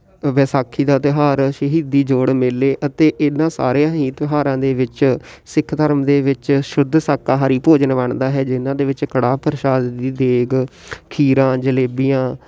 ਵਿਸਾਖੀ ਦਾ ਤਿਉਹਾਰ ਸ਼ਹੀਦੀ ਜੋੜ ਮੇਲੇ ਅਤੇ ਇਹਨਾਂ ਸਾਰਿਆਂ ਹੀ ਤਿਉਹਾਰਾਂ ਦੇ ਵਿੱਚ ਸਿੱਖ ਧਰਮ ਦੇ ਵਿੱਚ ਸ਼ੁੱਧ ਸ਼ਾਕਾਹਾਰੀ ਭੋਜਨ ਬਣਦਾ ਹੈ ਜਿਹਨਾਂ ਦੇ ਵਿੱਚ ਕੜਾਹ ਪ੍ਰਸ਼ਾਦ ਦੀ ਦੇਗ ਖੀਰਾਂ ਜਲੇਬੀਆਂ